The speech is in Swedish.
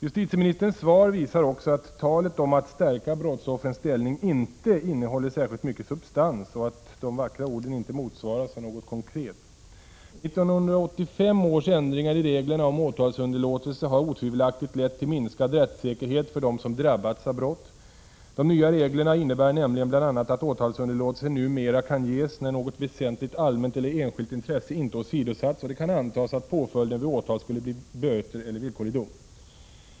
Justitieministerns svar visar också att talet om att stärka brottsoffrens ställning inte innehåller särskilt mycket substans och att de vackra orden inte motsvarades av något konkret. 1985 års ändringar i reglerna om åtalsunderlåtelse har otvivelaktigt lett till minskad rättssäkerhet för dem som drabbats av brott. De nya reglerna innebär nämligen bl.a. att åtalsunderlåtelse numera kan ges när något väsentligt allmänt eller enskilt intresse inte åsidosatts och det kan antas att påföljden vid åtal skulle bli böter eller villkorlig dom.